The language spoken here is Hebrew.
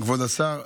כבוד השר,